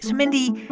mindy,